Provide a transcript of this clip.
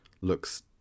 looks